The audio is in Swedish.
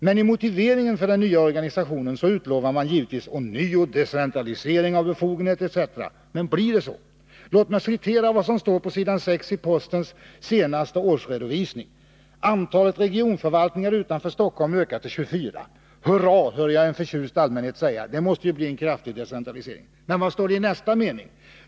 Men i motiveringen för den nya organisationen utlovar man givetvis ånyo decentralisering av befogenheter etc. Men blir det så? Låt mig citera vad som står på s. 6 i postens senaste årsredovisning: ”——— antalet regionförvaltningar utanför Stockholm ökar till 24.” Hurra, hör jag en förtjust allmänhet säga. Det måste bli en kraftig decentralisering! Men vad står det i nästa mening?